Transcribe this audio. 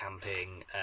camping